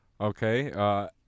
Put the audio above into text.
Okay